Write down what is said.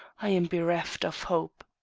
i am bereft of hope.